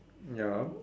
ya